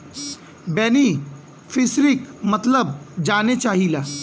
बेनिफिसरीक मतलब जाने चाहीला?